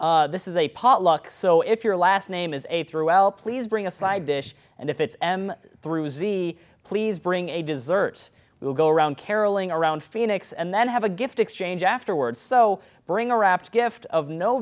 this is a potluck so if your last name is a through well please bring a side dish and if it's m through z please bring a dessert we'll go around caroling around phoenix and then have a gift exchange afterwards so bring a wrap gift of no